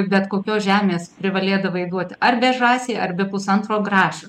bet kokios žemės privalėdavai duoti arba žąsį arbe pusantro grašio